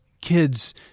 kids